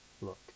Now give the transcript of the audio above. look